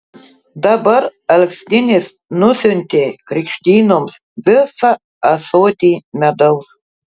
dabar alksninis nusiuntė krikštynoms visą ąsotį medaus